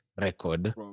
record